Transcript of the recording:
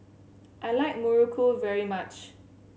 I like Muruku very much